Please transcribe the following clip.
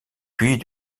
puis